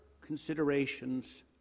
considerations